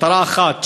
מטרה אחת,